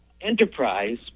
enterprise